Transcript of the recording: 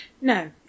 No